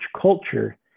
culture